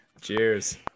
cheers